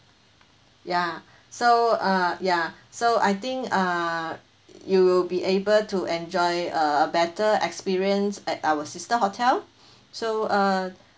ya so uh ya so I think uh you will be able to enjoy a better experience at our sister hotel so uh